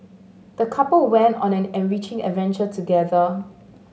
the couple went on an enriching adventure together